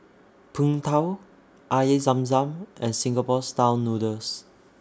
Png Tao Air Zam Zam and Singapore Style Noodles